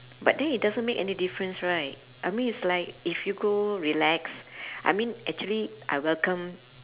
but then it doesn't make any difference right I mean it's like if you go relax I mean actually I welcome